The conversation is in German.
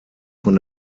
von